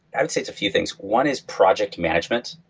i would say it's a few things. one is project management.